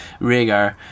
Rhaegar